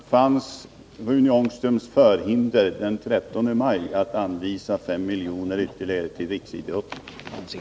Herr talman! Vilket var Rune Ångströms förhinder den 13 maj för att anvisa 5 miljoner ytterligare till riksidrotten?